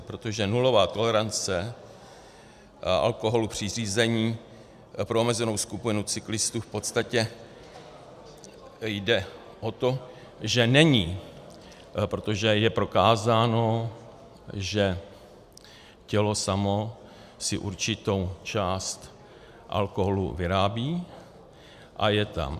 Protože nulová tolerance alkoholu při řízení pro omezenou skupinu cyklistů v podstatě jde o to, že není, protože je prokázáno, že tělo samo si určitou část alkoholu vyrábí a je tam.